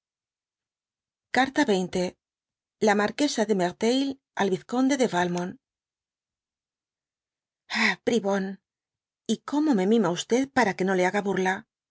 carta xx la marquesa ék merteuil al vizconde de valmora ah bribón y como me mima para que do le haga burla